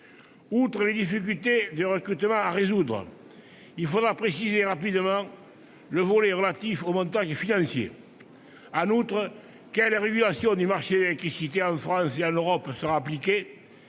Outre les difficultés de recrutement à résoudre, il faudra préciser rapidement le volet relatif au montage financier. Par ailleurs, quelle régulation du marché de l'électricité sera appliquée